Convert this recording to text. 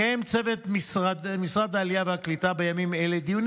מקיים צוות משרד העלייה והקליטה בימים אלה דיונים